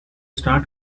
start